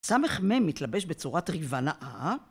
הס"מ מתלבש בצורת ריבה נאה